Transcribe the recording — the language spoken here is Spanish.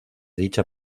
dicha